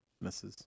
Misses